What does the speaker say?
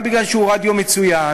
גם בגלל שהוא רדיו מצוין,